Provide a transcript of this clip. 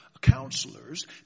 counselors